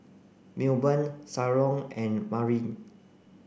Milburn Shalon and Marin